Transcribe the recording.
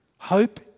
Hope